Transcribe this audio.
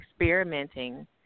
experimenting